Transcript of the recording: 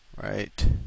Right